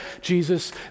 Jesus